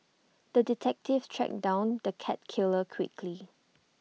the detective tracked down the cat killer quickly